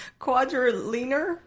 Quadrilinear